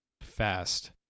fast